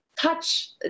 touch